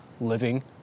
living